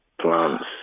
plants